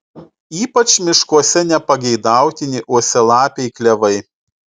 ypač miškuose nepageidautini uosialapiai klevai